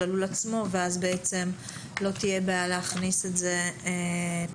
הלול עצמו ואז לא תהיה בעיה להכניס את זה פנימה.